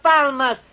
Palmas